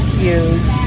huge